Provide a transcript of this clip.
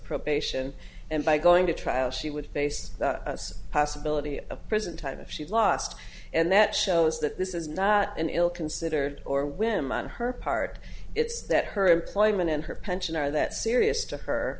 probation and by going to trial she would face a possibility of prison time if she lost and that shows that this is not an ill considered or women her part it's that her employment and her pension are that serious to her